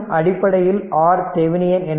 மற்றும் அடிப்படையில் R Thevenin